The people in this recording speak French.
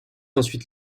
ensuite